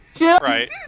Right